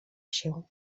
się